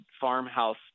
farmhouse